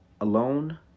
alone